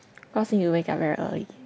到是你 wake up very early